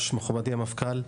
היושב-ראש, מכובדי המפכ"ל,